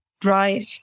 drive